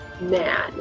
man